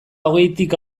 hogeitik